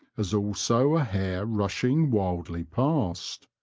as also a hare rushing wildly past.